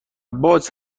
باز